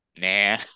nah